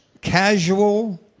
Casual